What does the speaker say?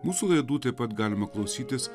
mūsų laidų taip pat galima klausytis